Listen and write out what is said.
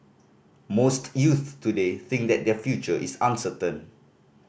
most youths today think that their future is uncertain